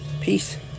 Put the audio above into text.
peace